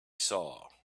saw